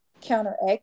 counteract